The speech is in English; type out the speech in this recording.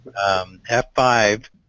F5